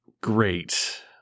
Great